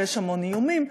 ויש המון איומים,